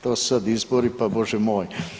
To su sad izbori pa Bože moj.